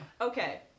Okay